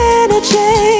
energy